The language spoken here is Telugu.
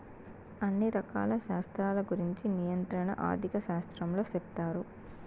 అన్ని రకాల శాస్త్రాల గురుంచి నియంత్రణ ఆర్థిక శాస్త్రంలో సెప్తారు